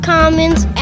Commons